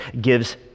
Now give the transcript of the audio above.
gives